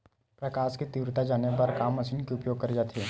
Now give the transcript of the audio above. प्रकाश कि तीव्रता जाने बर का मशीन उपयोग करे जाथे?